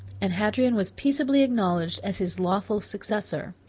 and hadrian was peaceably acknowledged as his lawful successor.